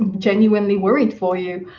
ah genuinely worried for you.